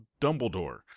Dumbledore